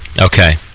Okay